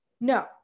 No